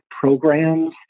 programs